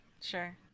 sure